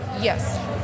Yes